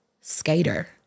skater